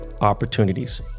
opportunities